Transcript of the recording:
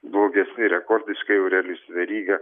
blogesni rekordiškai aurelijus veryga